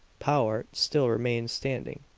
powart still remained standing.